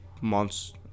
months